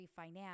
refinance